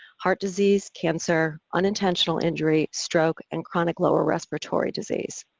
heart disease, cancer, unintentional injury, stroke, and chronic lower respiratory disease.